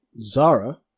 Zara